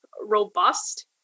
robust